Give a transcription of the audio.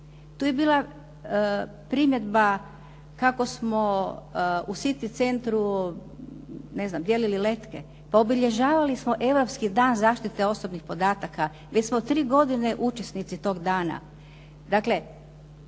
Tu je bila primjedba kako smo u City centru dijeli letke. Pa obilježavali smo Europski dan zaštite osobnih podataka. Već smo 3 godine učesnici toga dana.